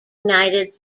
united